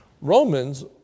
Romans